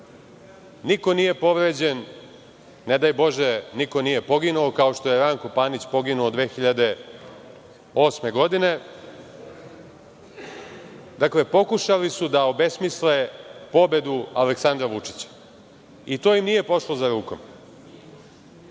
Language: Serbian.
Niko nije povređen. Ne daj Bože niko nije poginuo kao što je Ranko Panić poginuo 2008. godine. Dakle, pokušali su da obesmisle pobedu Aleksandra Vučića i to im nije pošlo za rukom.